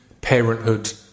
parenthood